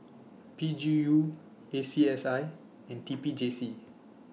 P G U A C S I and T P J C